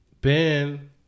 Ben